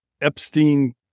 Epstein